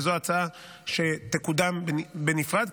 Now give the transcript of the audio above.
וזו הצעה שתקודם בנפרד,